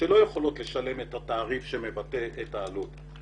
שלא יכולות לשלם את התעריף שמבטא את העלות.